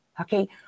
Okay